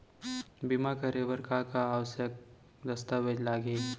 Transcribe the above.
बीमा करे बर का का आवश्यक दस्तावेज लागही